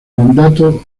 mandato